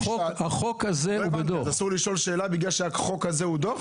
אסור לשאול שאלה בגלל שהחוק הזה הוא דוח?